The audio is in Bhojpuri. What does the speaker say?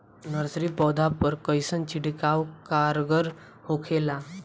नर्सरी पौधा पर कइसन छिड़काव कारगर होखेला?